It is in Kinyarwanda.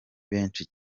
benshi